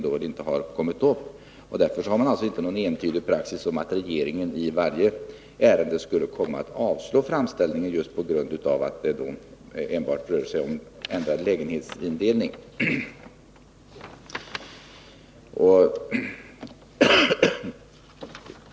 Det finns därför inte någon entydig praxis, som säger att regeringen i varje sådant ärende skulle komma att avslå en framställan just på grund av att det enbart rör sig om ändrad lägenhetsindelning.